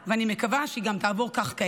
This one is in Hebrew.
ומקווה שכך תעבור גם כעת.